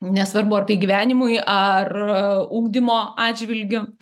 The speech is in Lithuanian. nesvarbu ar tai gyvenimui ar ugdymo atžvilgiu